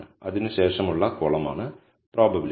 അതിനു ശേഷമുള്ള കോളമാണ് പ്രോബബിലിറ്റി